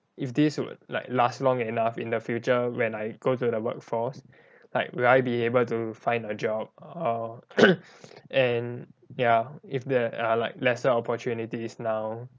if this would like last long enough in the future when I go to the workforce like will I be able to find a job uh and ya if there are like lesser opportunities now